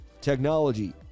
technology